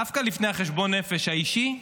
דווקא לפני חשבון הנפש האישי,